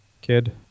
kid